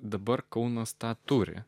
dabar kaunas tą turi